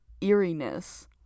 eeriness